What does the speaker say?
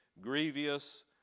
grievous